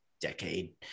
decade